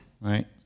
Right